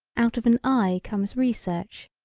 out of an eye comes research,